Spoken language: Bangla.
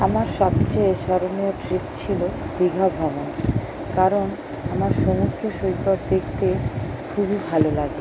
আমার সবচেয়ে স্মরণীয় ট্রিপ ছিল দীঘা ভ্রমণ কারণ আমার সমুদ্র সৈকত দেখতে খুবই ভালো লাগে